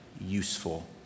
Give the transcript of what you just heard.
useful